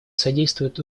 содействуют